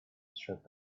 shut